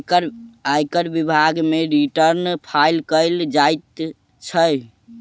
आयकर विभाग मे रिटर्न फाइल कयल जाइत छै